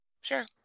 Sure